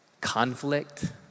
conflict